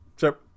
Sure